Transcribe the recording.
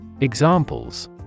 Examples